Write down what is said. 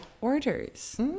orders